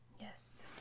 Yes